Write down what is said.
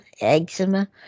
eczema